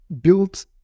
built